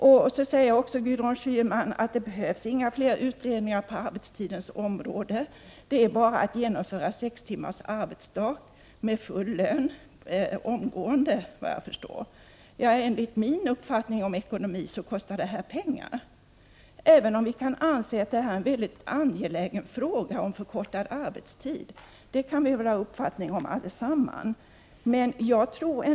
Gudrun Schyman säger även att det behövs inga fler utredningar på arbetstidens område. Det är bara, som jag har förstått, att införa sex timmars arbetsdag med full lön omgående. Enligt min uppfattning om ekonomi kostar detta pengar. Vi kan anse att frågan om förkortad arbetstid är en mycket angelägen fråga — det kan vi allesammans ha en uppfattning om.